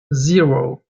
zero